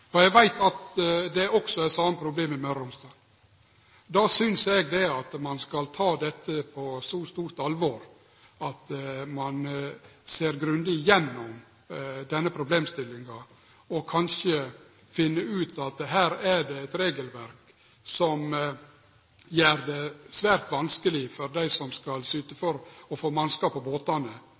sine. Eg veit at det er det same problemet i Møre og Romsdal. Då synest eg at ein skal ta dette på så stort alvor at ein ser grundig igjennom denne problemstillinga og kanskje finn ut at her er det eit regelverk som gjer det svært vanskeleg for dei som skal syte for å få tak i mannskap på båtane